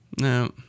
No